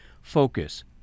focus